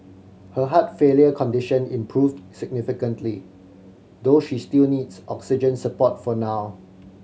her heart failure condition improved significantly though she still needs oxygen support for now